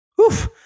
Oof